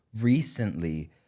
recently